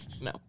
No